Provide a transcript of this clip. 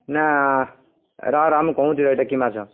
ନା ରହ ରହ ମୁଁ କହୁଛି ଏଇଟା କି ମାଛ